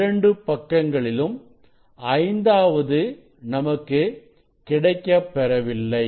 இரண்டு பக்கங்களிலும் ஐந்தாவது நமக்கு கிடைக்கப்பெறவில்லை